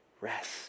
rest